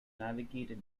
navigated